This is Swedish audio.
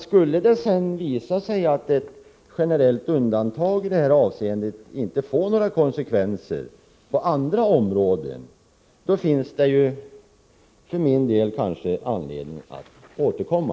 Skulle det sedan visa sig att ett generellt undantag i det här avseendet inte får några konsekvenser på andra områden, finns det för min del kanske anledning att återkomma.